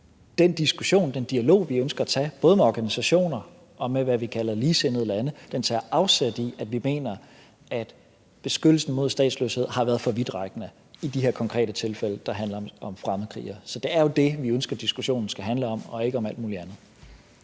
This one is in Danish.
den diskussion, den dialog, vi ønsker at tage både med organisationer og med, hvad vi kalder ligesindede lande, tager afsæt i, at vi mener, at beskyttelsen mod statsløshed har været for vidtrækkende i de her konkrete tilfælde, der handler om fremmedkrigere. Så det er jo det, vi ønsker diskussionen skal handle om, og ikke om alt muligt andet.